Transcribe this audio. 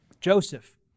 Joseph